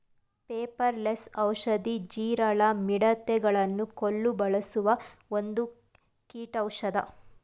ಪೆಪಾರ ಲೆಸ್ ಔಷಧಿ, ಜೀರಳ, ಮಿಡತೆ ಗಳನ್ನು ಕೊಲ್ಲು ಬಳಸುವ ಒಂದು ಕೀಟೌಷದ